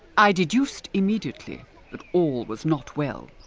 i deduced immediately that all was not well.